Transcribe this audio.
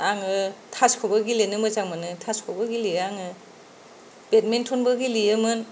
आंङो थासखौ गेलेनो मोजां मोनो थासखौबो गेलेयो आङो बेदमिनटन बो गेलेयोमोन